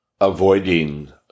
Avoiding